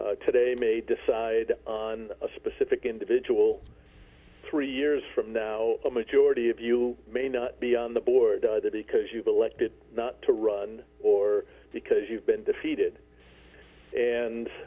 who today may decide on a specific individual three years from now a majority of you may not be on the board that because you the left it not to run or because you've been defeated and